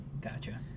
gotcha